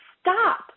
stop